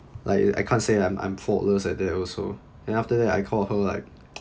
like I can't say that I'm I'm faultless at that also then after that I call her like